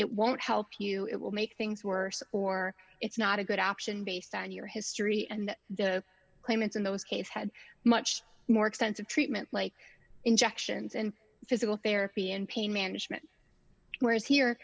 it won't help you it will make things worse or it's not a good option based on your history and that the claimants in those caves had much more extensive treatment like injections and physical therapy and pain management whereas here